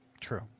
True